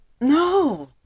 no